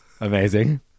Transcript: Amazing